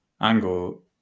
angle